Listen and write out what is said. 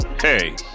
Hey